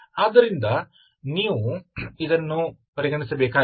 ಆದ್ದರಿಂದ ನೀವು ಇದನ್ನು C ಪರಿಗಣಿಸಬೇಕಾಗಿಲ್ಲ